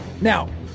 Now